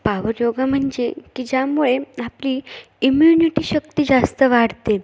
power yoga म्हणजे की ज्यामुळे आपली इम्युनिटी शक्ती जास्त वाढते